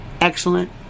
Excellent